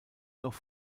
noch